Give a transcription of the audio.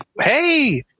hey